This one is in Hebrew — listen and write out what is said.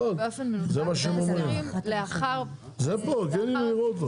באופן מנותק מההסדרים --- זה לא קשור לנתג"ז.